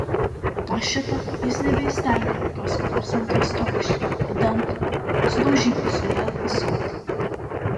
po šito jis nebeįstengė jokios kitos moters trokšti idant sudaužytų su ja ąsotį